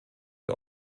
der